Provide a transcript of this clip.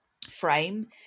frame